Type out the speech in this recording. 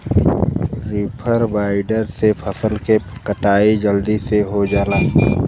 reaper binder से फसल क कटाई जलदी से हो जाला